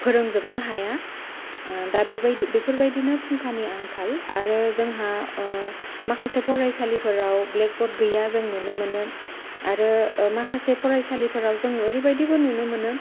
फोरोंजोबनो हाया दा बेफोरबायदिनो फुंखानि आंखाल आरो जोंहा माखासे फरायसालि फोराव ब्लेक ब'र्ड गैया जों नुनो मोनो आरो माखासे फरायसालिफोराव जों ओरैबायदिबो नुनो मोनो